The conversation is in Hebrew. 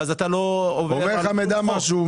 ואז אתה לא עובר על שום חוק.